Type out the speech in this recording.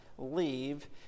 leave